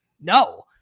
No